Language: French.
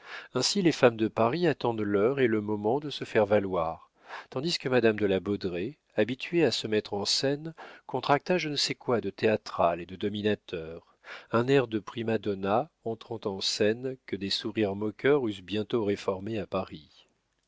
ainsi les femmes de paris attendent l'heure et le moment de se faire valoir tandis que madame de la baudraye habituée à se mettre en scène contracta je ne sais quoi de théâtral et de dominateur un air de prima donna entrant en scène que des sourires moqueurs eussent bientôt réformés à paris